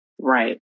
right